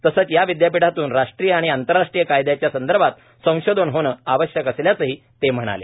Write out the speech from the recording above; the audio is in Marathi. तसंच या विद्यापीठातून राष्ट्रीय आणि आंतरराष्ट्रीय कायद्याच्या संदर्भात संशोधन होणे आवश्यक असल्याचं ते म्हणाले